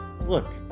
look